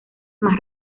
más